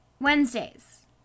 Wednesdays